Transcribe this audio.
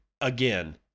again